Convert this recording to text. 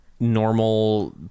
Normal